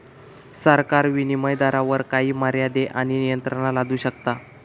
सरकार विनीमय दरावर काही मर्यादे आणि नियंत्रणा लादू शकता